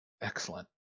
excellent